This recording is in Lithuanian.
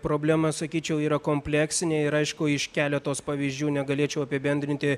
problema sakyčiau yra kompleksinė ir aišku iš keletos pavyzdžių negalėčiau apibendrinti